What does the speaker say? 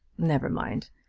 never mind.